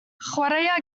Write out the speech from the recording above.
chwaraea